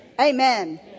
amen